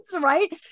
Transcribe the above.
Right